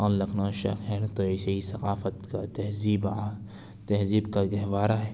اور لکھنؤ شہر تو ایسے ہی ثقافت کا تہذیبا تہذیب کا گہوارہ ہے